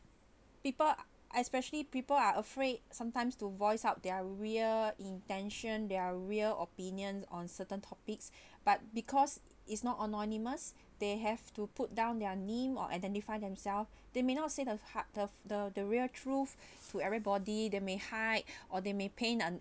people especially people are afraid sometimes to voice out their real intention their real opinions on certain topics but because it's not anonymous they have to put down their name or identify themselves they may not say the heart of the the real truth to everybody that may hide or they may paint a